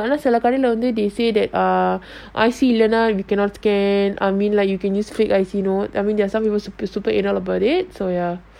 இன்னும்சொல்லபோனா:innum solla pona they say that err I_C learner you cannot scan I mean like you can use fake I_C lor I mean there are some people super super anal about it so ya